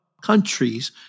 countries